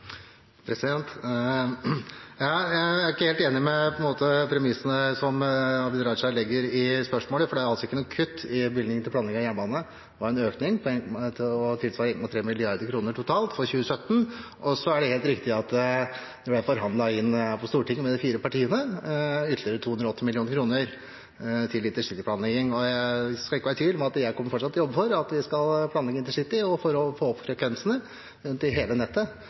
Jeg er ikke helt enig med premissene som Abid Raja legger i spørsmålet, for det er ikke noe kutt i bevilgningene til planlegging av jernbane. Det var en økning tilsvarende 1,3 mrd. kr totalt for 2017, og så er det helt riktig at det med de fire partiene på Stortinget ble forhandlet inn ytterligere 280 mill. kr til intercityplanlegging. Det skal ikke være tvil om at jeg fortsatt kommer til å jobbe for at vi skal planlegge intercity for å få opp frekvensene, men til hele nettet,